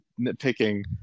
nitpicking